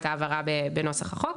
את ההבהרה בנוסח החוק.